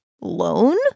loan